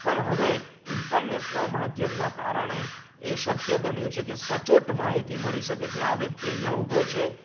પણ હવે ઈન્ટરનેટના માધ્યમના કારણે એ શક્ય બન્યું છે કે સચોટ માહિતી મળી શકે છે આ વ્યક્તિ અહીંયાં ઊભો છે